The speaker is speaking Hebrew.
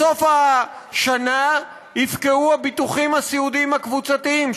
בסוף השנה יפקעו הביטוחים הסיעודיים הקבוצתיים,